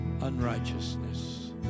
unrighteousness